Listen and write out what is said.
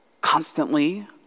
constantly